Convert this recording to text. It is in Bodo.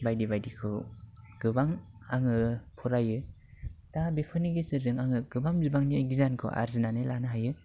बायदि बायदिखौ गोबां आङो फरायो दा बेफोरनि गेजेरजों आङो गोबां बिबांनि गियानखौ आरजिनानै लानो हायो